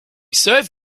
serve